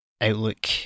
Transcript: outlook